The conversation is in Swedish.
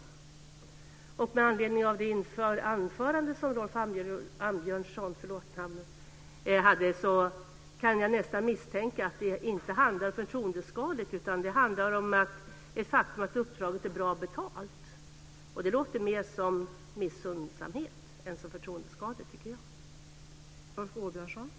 Åbjörnsson höll kan jag nästan misstänka att det inte handlar om att uppdraget är förtroendeskadligt, utan det handlar om det faktum att uppdraget är bra betalt. Det låter mer som missunnsamhet än som förtroendeskadligt, tycker jag.